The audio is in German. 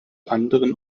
anderen